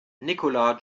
nicola